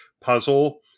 puzzle